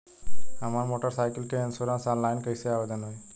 हमार motorcycle के insurance online कईसे आवेदन होई?